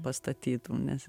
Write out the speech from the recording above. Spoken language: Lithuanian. pastatytų nes